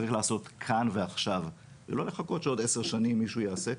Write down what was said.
צריך לעשות כאן ועכשיו ולא לחכות שעוד עשר שנים מישהו יעשה,